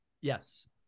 Yes